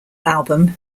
album